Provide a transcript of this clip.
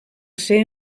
ser